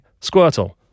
Squirtle